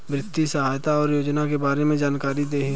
वित्तीय सहायता और योजना के बारे में जानकारी देही?